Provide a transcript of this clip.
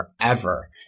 forever